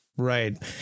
right